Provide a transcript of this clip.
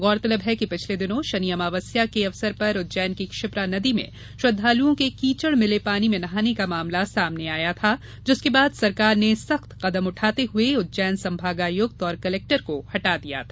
गौरतलब है कि पिछले दिनों शनि अमावस्या के अवसर पर उज्जैन की क्षिप्रा नदी में श्रद्वालुओं के कीचड़ मिले पानी में नहाने का मामला सामने आया था जिसके बाद सरकार ने सख्त कदम उठाते हुए उज्जैन संभागायुक्त और कलेक्टर को हटा दिया था